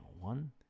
one